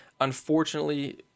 Unfortunately